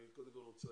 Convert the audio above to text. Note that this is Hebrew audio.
אני חושבת